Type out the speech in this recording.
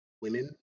women